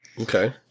Okay